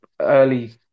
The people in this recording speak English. early